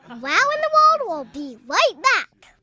wow in the world will be right back.